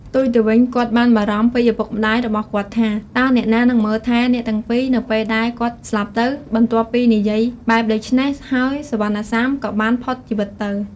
ផ្ទុយទៅវិញ គាត់បានបារម្ភពីឪពុកម្ដាយរបស់គាត់ថា តើអ្នកណានឹងមើលថែអ្នកទាំងពីរនៅពេលដែលគាត់ស្លាប់ទៅ បន្ទាប់ពីនិយាយបែបដូច្នេះហើយសុវណ្ណសាមក៏បានផុតជីវិតទៅ។